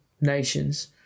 nations